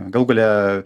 galų gale